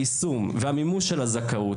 היישום והמימוש של הזכאות,